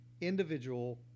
individual